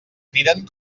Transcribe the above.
criden